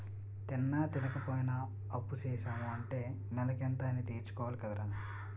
తిన్నా, తినపోయినా అప్పుసేసాము అంటే నెలకింత అనీ తీర్చుకోవాలి కదరా